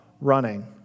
running